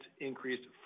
increased